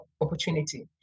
opportunity